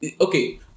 okay